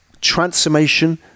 transformation